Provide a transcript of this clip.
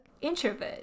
introvert